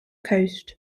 coast